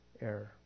error